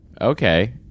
Okay